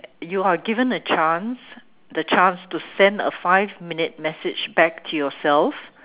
you are given a chance the chance to send a five minute message back to yourself